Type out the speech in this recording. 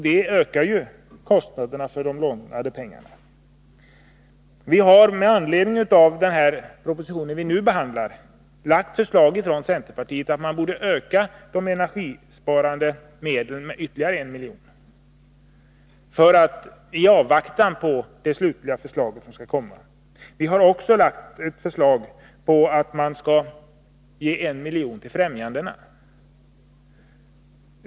Det ökar kostnaderna för de lånade pengarna. Med anledning av den proposition som nu behandlas har vi från centerpartiet framlagt förslag om att man borde öka de energisparande medlen med ytterligare 1 milj.kr. i avvaktan på det slutliga förslag som skall komma. Vi har även framlagt ett förslag om att man skall ge 1 milj.kr. till främjandena.